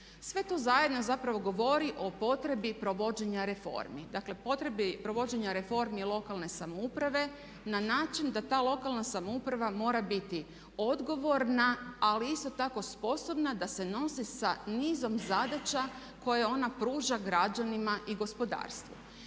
Sve to zajedno zapravo govori o potrebi provođenja reformi, dakle potrebi provođenja reformi lokalne samouprave na način da ta lokalna samouprava mora biti odgovorna ali isto tako sposobna da se nosi sa nizom zadaća koje ona pruža građanima i gospodarstvu.